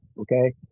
okay